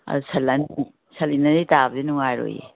ꯑꯗꯨ ꯁꯟ ꯑꯅꯤ ꯁꯟ ꯑꯅꯤꯗꯒꯤ ꯇꯥꯕꯗꯤ ꯅꯨꯡꯉꯥꯏꯔꯣꯏꯌꯦ